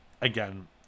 Again